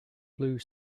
blue